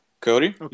Cody